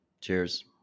Cheers